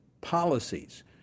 policies